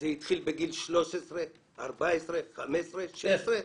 זה התחיל בגיל 13, 14, 15 ו-17.